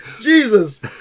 Jesus